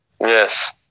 Yes